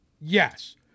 Yes